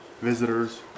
visitors